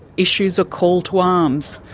issues a call to arms.